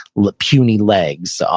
like puny legs. so